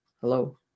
Hello